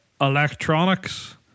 electronics